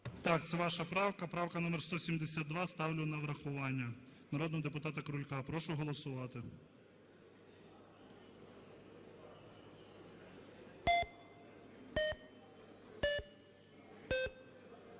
Так, це ваша правка, правка номер 172. Ставлю на врахування. Народного депутата Крулька. Прошу голосувати.